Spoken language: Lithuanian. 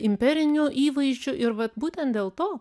imperinių įvaizdžių ir vat būtent dėl to